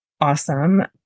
awesome